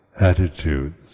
attitudes